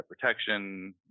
protection